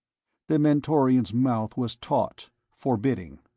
the mentorian's mouth was taut, forbidding.